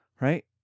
right